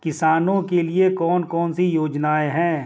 किसानों के लिए कौन कौन सी योजनाएं हैं?